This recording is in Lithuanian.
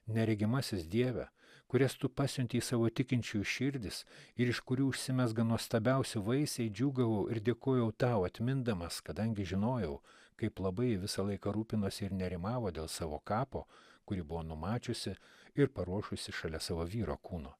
neregimasis dieve kurias tu pasiuntei į savo tikinčiųjų širdis ir iš kurių užsimezga nuostabiausi vaisiai džiūgavau ir dėkojau tau atmindamas kadangi žinojau kaip labai visą laiką rūpinosi ir nerimavo dėl savo kapo kurį buvo numačiusi ir paruošusi šalia savo vyro kūno